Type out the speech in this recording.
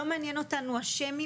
לא מעניין אותנו השמי,